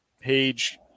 page